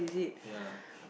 ya